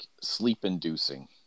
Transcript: sleep-inducing